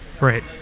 right